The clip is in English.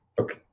okay